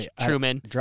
Truman